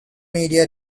media